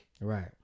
Right